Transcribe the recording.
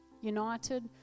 united